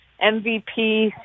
MVP